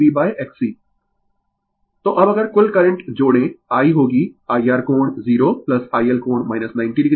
Refer slide Time 0337 तो अब अगर कुल करंट जोड़ें I होगी IR कोण 0 IL कोण 90oIL कोण 90o